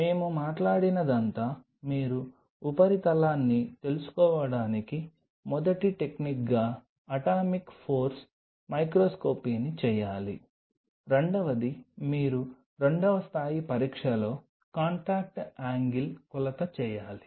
మేము మాట్లాడినదంతా మీరు ఉపరితలాన్ని తెలుసుకోవడానికి మొదటి టెక్నిక్గా అటామిక్ ఫోర్స్ మైక్రోస్కోపీని చేయాలి రెండవది మీరు రెండవ స్థాయి పరీక్షలో కాంటాక్ట్ యాంగిల్ కొలత చేయాలి